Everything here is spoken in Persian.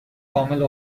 کامل